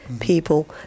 people